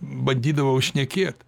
bandydavau šnekėt